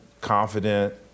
confident